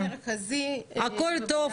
הכול טוב,